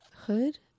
hood